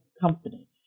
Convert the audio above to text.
company